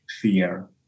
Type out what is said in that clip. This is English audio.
fear